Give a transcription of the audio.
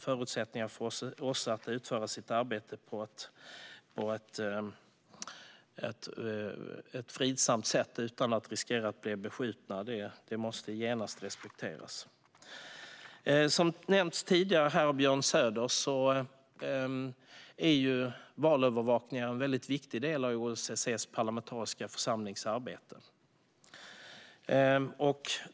Förutsättningarna för OSSE att utföra sitt arbete på ett fridsamt sätt, utan att riskera att bli beskjutna, måste genast respekteras. Som Björn Söder nämnde tidigare är valövervakning en väldigt viktig del av OSSE:s parlamentariska församlings arbete.